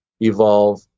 evolve